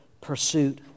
pursuit